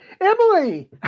Emily